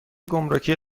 گمرکی